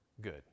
Good